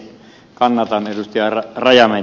kannatan ed